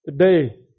Today